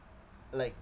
like